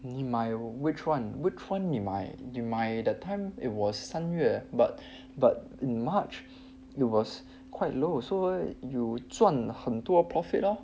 你买 which [one] which [one] you 买 that time 你买 was 三月 but but in march it was quite low so you 赚很多 profit lor